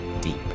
deep